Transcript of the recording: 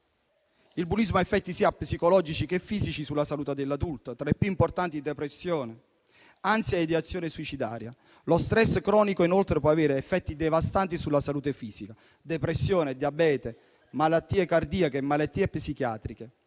Il bullismo ha effetti sia psicologici che fisici sulla salute dell'adulto, tra i più importanti depressione, ansia e ideazione suicidaria. Lo *stress* cronico, inoltre, può avere effetti devastanti sulla salute fisica: depressione, diabete, malattie cardiache e malattie psichiatriche.